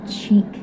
cheek